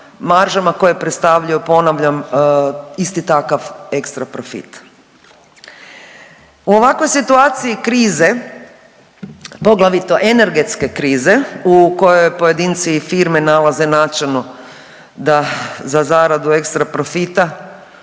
maržama koje predstavljaju ponavljam isti takav ekstra profit. U ovakvoj situaciji krize poglavito energetske krize u kojoj pojedinci i firme nalaze način da, za zaradu ekstra profita